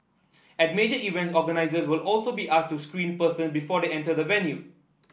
at major events organisers will also be asked to screen person before they enter the venue